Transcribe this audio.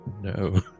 No